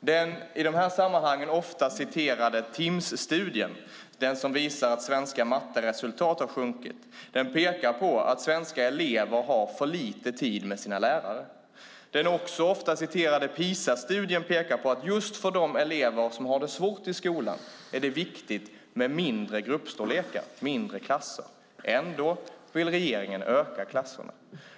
Den i de här sammanhangen ofta citerade Timss-studien - den som visar att svenska matteresultat har sjunkit - pekar på att svenska elever har för lite tid med sina lärare. Den också ofta citerade PISA-studien pekar på att just för de elever som har det svårt i skolan är det viktigt med mindre gruppstorlekar och mindre klasser. Ändå vill regeringen öka klasserna.